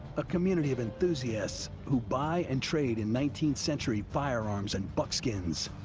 a community of enthusiasts who buy and trade in nineteenth century firearms and buckskins.